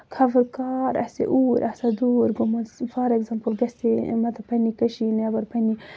خبر کر آسہِ اوٗرۍ آسان دوٗر گوٚمُت فار ایٚکزامپٕل گژھ ہے مطلب پَنٕنہِ کٔشیٖر نٮ۪بر پَنٕنہِ